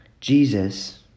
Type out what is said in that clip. Jesus